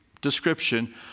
description